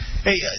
Hey